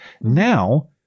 now